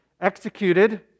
executed